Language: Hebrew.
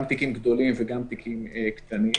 גם תיקים גדולים וגם תיקים קטנים,